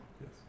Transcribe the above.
Yes